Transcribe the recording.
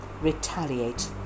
Retaliate